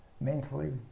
mentally